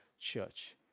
church